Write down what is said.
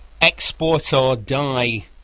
export-or-die